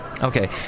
Okay